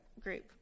group